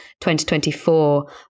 2024